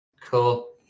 Cool